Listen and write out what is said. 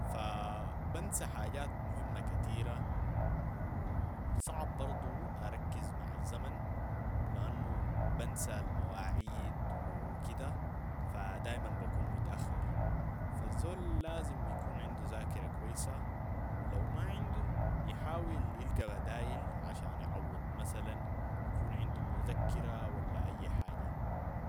فبنسى حاجات مهمة كتيرة و صعب برضو أركز مع الزمن لأنو بنسى المواعيد وكده فدايماً بكون متأخر، فالزول لازم يكون عندو زاكرة كويسة و لو ما عندو يحاول يلقى بدايل عشان يعوض مثلا يكون عندو مذكرة ولا أي حاجة.